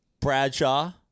Bradshaw